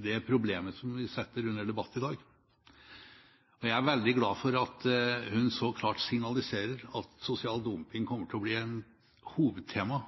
det problemet som vi setter under debatt i dag. Jeg er veldig glad for at hun klart signaliserer at sosial dumping kommer til å bli